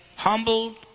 Humbled